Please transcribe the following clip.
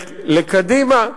ולקדימה,